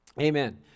Amen